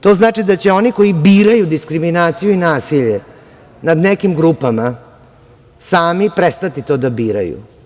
To znači da će oni koji biraju diskriminaciju i nasilje nad nekim grupama sami prestati to da biraju.